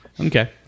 Okay